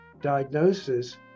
diagnosis